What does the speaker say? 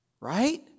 Right